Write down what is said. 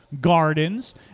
gardens